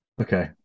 Okay